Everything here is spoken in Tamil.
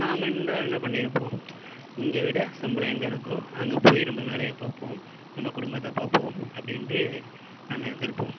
நாம் என்றால் என்ன பண்ணியிருப்போம் இங்கே விட சம்பளம் எங்கே இருக்கோ அங்கே போய் நம்ம வேலையை பார்ப்போம் நம்ம குடும்பத்தை பார்ப்போம் அப்படி என்று நம்ம இருந்திருப்போம்